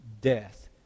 death